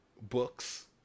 books